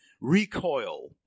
recoil